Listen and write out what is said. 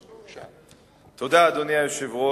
תודה, אדוני היושב-ראש.